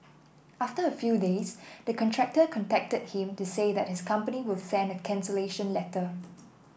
after a few days the contractor contacted him to say that his company will send a cancellation letter